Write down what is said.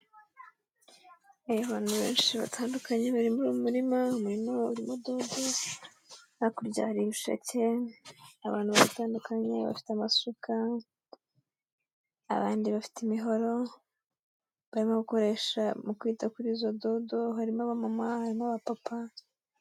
Abantu benshi batandukanye bari muri uwo murima, umurimo urimo dodo, hakurya hari ibisheke, abantu batandukanye bafite amasuka, abandi bafite imihoro, barimo gukoresha mu kwita kuri izo dodo, harimo abamama, harimo abapapa.